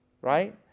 right